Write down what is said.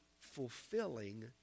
fulfilling